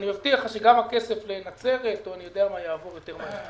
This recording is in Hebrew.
היום התבשרתי שאת השבעה מיליון